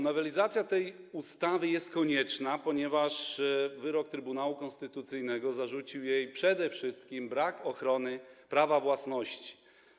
Nowelizacja tej ustawy jest konieczna, ponieważ w wyroku Trybunału Konstytucyjnego zarzucono jej przede wszystkim brak ochrony prawa własności.